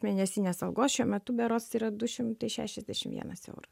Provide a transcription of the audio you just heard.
mėnesinės algos šiuo metu berods tai yra du šimtai šešiasdešim vienas euras